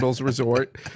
resort